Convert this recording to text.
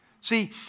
See